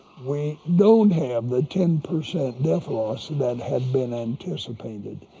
we don't have the ten percent death loss that had been anticipated.